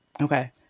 Okay